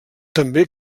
també